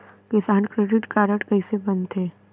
किसान credit card कइसे बनथे?